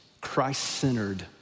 Christ-centered